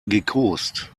gekost